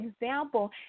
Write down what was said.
example